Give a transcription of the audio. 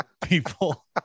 people